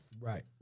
Right